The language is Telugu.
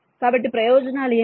కాబట్టి ప్రయోజనాలు ఏమిటి